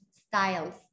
styles